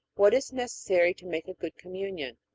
what is necessary to make a good communion?